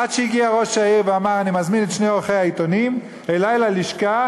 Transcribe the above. עד שהגיע ראש העיר ואמר: אני מזמין את שני עורכי העיתונים אלי ללשכה,